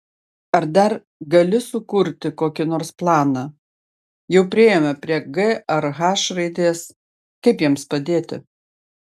ar dar gali sukurti kokį nors planą jau priėjome prie g ar h raidės kaip jiems padėti